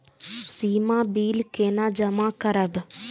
सीमा bill केना जमा करब?